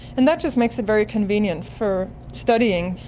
and that just makes it very convenient for studying.